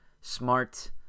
smart